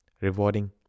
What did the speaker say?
rewarding